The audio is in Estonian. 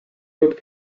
jõud